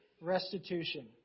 restitution